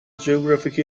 geographic